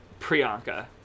priyanka